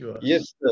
Yes